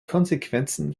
konsequenzen